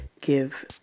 give